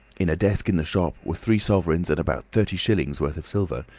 in a desk in the shop were three sovereigns and about thirty shillings' worth of silver,